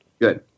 Good